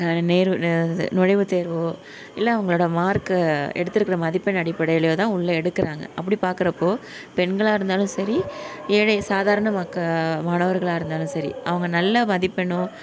நேர்வு நுழைவுத்தேர்வோ இல்லை அவங்களோட மார்க்கு எடுத்துருக்கிற மதிப்பெண் அடிப்படையிலோ தான் உள்ளே எடுக்கிறாங்க அப்படி பாக்கிறப்போ பெண்களாக இருந்தாலும் சரி ஏழை சாதாரண மக்கள் மாணவர்களாக இருந்தாலும் சரி அவங்க நல்ல மதிப்பெண்ணும்